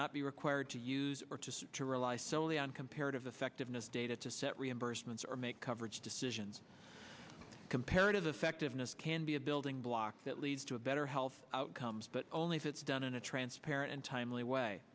not be required to use artists to rely solely on comparative effectiveness data to set reimbursements or make coverage decisions comparative effectiveness can be a building block that leads to better health outcomes but only if it's done in a transparent and timely way